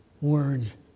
words